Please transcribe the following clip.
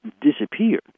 disappeared